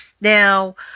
Now